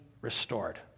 restored